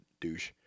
douche